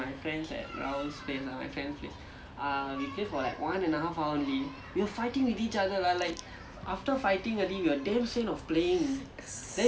so let's say four five hours